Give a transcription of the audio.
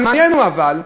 המעניין הוא, אבל,